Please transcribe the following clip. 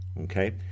okay